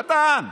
קטן.